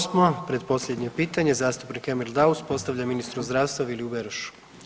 38. pretposljednje pitanje zastupnik Emil Daus postavlja ministru zdravstva Viliju Berošu.